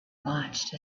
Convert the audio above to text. watched